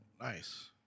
Nice